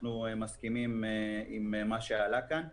אנחנו מסכימים עם מה שעלה כאן.